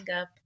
up